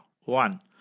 One